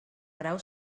grau